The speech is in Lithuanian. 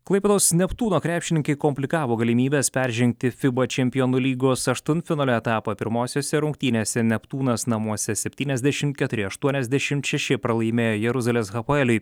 klaipėdos neptūno krepšininkai komplikavo galimybes peržengti fiba čempionų lygos aštuntfinalio etapo pirmosiose rungtynėse neptūnas namuose septyniasdešimt keturi aštuoniasdešimt šeši pralaimėjo jeruzalės hapoeliui